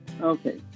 Okay